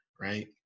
right